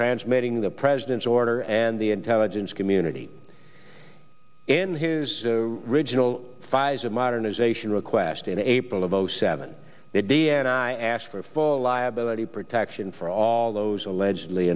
transmitting the president's order and the intelligence community in his original pfizer modernization request in april of zero seven the d n i asked for for liability protection for all those allegedly